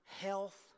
Health